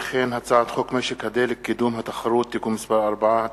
הצעת חוק משק הדלק (קידום התחרות) (תיקון מס' 4),